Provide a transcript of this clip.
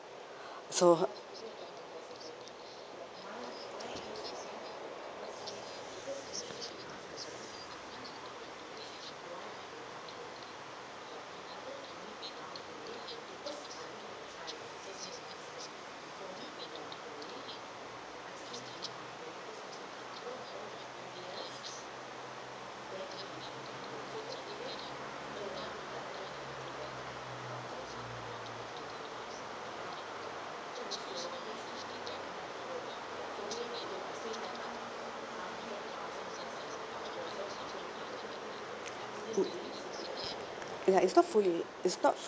so ya it's not fully it's not